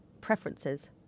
preferences